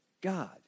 God